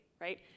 right